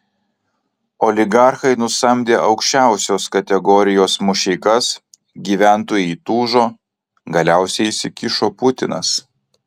oligarchai nusamdė aukščiausios kategorijos mušeikas gyventojai įtūžo galiausiai įsikišo putinas